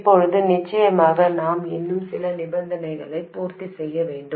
இப்போது நிச்சயமாக நாம் இன்னும் சில நிபந்தனைகளை பூர்த்தி செய்ய வேண்டும்